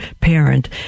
parent